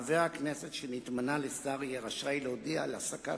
חבר הכנסת שנתמנה לשר יהיה רשאי להודיע על הפסקת